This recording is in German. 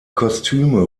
kostüme